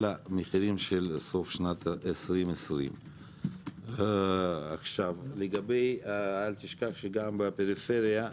אלא מחירים של סוף שנת 2020. אל תשכח שגם בפריפריה,